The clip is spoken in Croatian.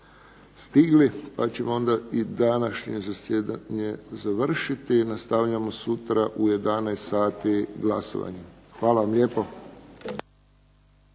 stigli, pa ćemo onda i današnje zasjedanje završiti. Nastavljamo sutra u 11,00 sati glasovanjem. Hvala vam lijepo.